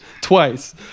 Twice